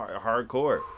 hardcore